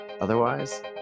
Otherwise